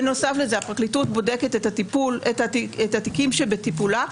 בנוסף, הפרקליטות בודקת את התיקים שבטיפולה.